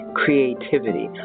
creativity